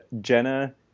Jenna